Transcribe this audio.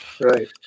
right